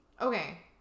okay